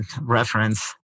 reference